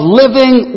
living